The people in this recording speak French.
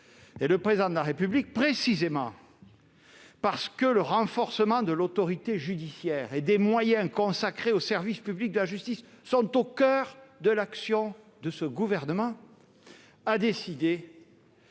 Le Président de la République, précisément parce que le renforcement de l'autorité judiciaire et les moyens consacrés au service public de la justice sont au coeur de l'action de ce gouvernement, a décidé